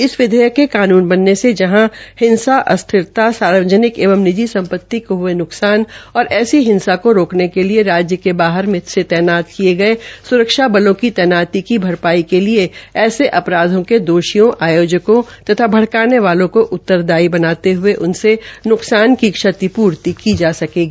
इस विधेयक के कानून बनने से जहां हिंसा अस्थिरता सार्वजनिक एवं निजी संपतियों को हये न्कसान और ऐसी हिंसा का रोकने के लिए राज्य के बाहर से तैनात किये गये स्रक्षा बलों की तैनाती की भरपाई के लिए ऐसे अपराधों के दोषियों आयोजकों तथा भड़काने वालों के उत्तरदायी बनाते हये उनसे न्कसान की क्षतिपूर्ति की जायेगी